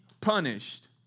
punished